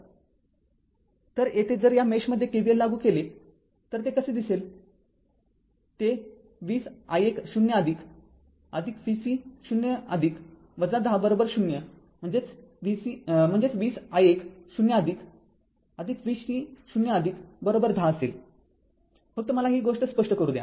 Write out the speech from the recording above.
तर येथे जर या मेषमध्ये KVL लागू केले तर ते कसे दिसेल ते २०i१0 vc0 १०० म्हणजेच २०i१0 vc0१० असेल फक्त मला ही गोष्ट स्पष्ट करू द्या